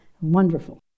Wonderful